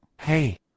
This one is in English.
hey